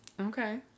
Okay